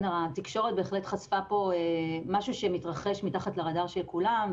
התקשורת בהחלט חשפה פה משהו שמתרחש מתחת לרדאר של כולם,